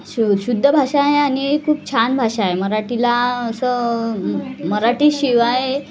शु शुद्ध भाषा आहे आणि खूप छान भाषा आहे मराठीला असं मराठीशिवाय